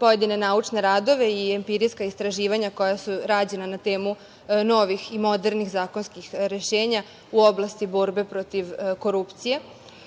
pojedine naučne radove i empirijska istraživanja koja su rađena na temu novih i modernih zakonskih rešenja u oblasti borbe protiv korupcije,